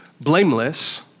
blameless